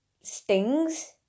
stings